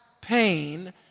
pain